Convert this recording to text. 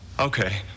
Okay